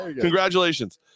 Congratulations